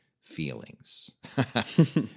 feelings